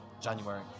January